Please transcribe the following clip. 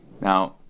Now